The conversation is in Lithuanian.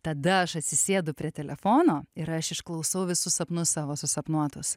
tada aš atsisėdu prie telefono ir aš išklausau visus sapnus savo susapnuotus